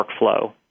workflow